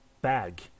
bag